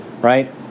right